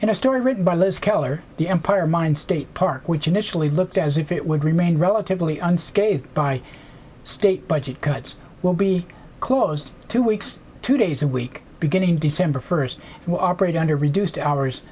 in a story written by liz keller the empire mind state park which initially looked as if it would remain relatively unscathed by state budget cuts will be closed two weeks two days a week beginning december first operate under reduced hours